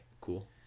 Cool